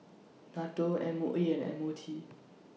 NATO M O E and M O T